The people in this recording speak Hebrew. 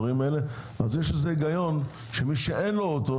אז יש היגיון שמי שאין לו רכב,